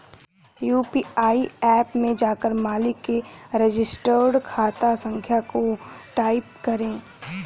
UPI app में जाकर मालिक के रजिस्टर्ड खाता संख्या को टाईप करें